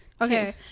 Okay